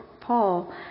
Paul